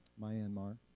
Myanmar